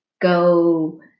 go